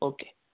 okay